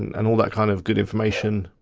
and all that kind of good information.